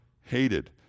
hated